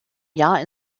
jahr